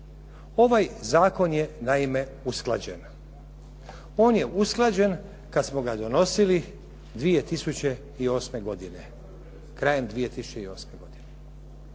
ovaj zakon je naime usklađen. On je usklađen kada smo ga donosili 2008. godine. Krajem 2008. godine.